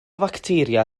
facteria